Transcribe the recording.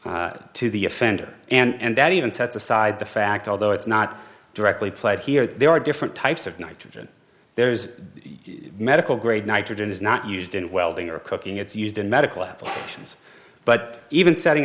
to the offender and that even set aside the fact although it's not directly played here there are different types of knowledge there is medical grade nitrogen is not used in welding or cooking it's used in medical applications but even setting